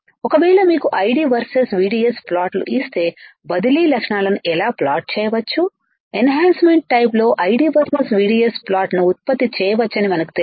ఒకవేళ మీకు ID versus VDS ప్లాట్లు ఇస్తే బదిలీ లక్షణాలను ఎలా ప్లాట్ చేయవచ్చు ఎన్ హాన్సమెంట్ టైపు లోID వర్సెస్ VDS ప్లాట్ను ఉత్పత్తి చేయవచ్చని మనకు తెలుసు